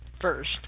first